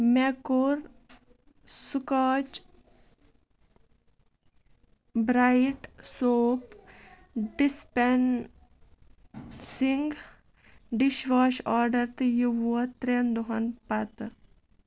مےٚ کوٚر Scotch Brite soap dispensing dish wash order تہٕ یہِ ووت ترین دۄہَن پتہٕ